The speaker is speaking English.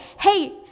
Hey